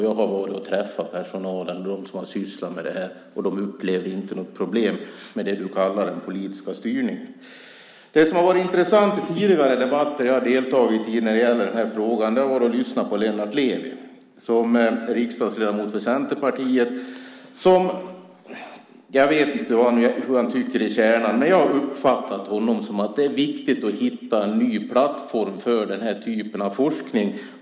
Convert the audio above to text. Jag har träffat personalen som har sysslat med detta. De upplevde inte att det var något problem med det som du kallar politisk styrning. Det som har varit intressant i tidigare debatter som jag har deltagit i när det gäller den här frågan har varit att lyssna på Lennart Levi. Han är riksdagsledamot för Centerpartiet. Jag vet ju inte vad han tycker innerst inne, men jag har uppfattat honom som att det är viktigt att hitta en ny plattform för den här typen av forskning.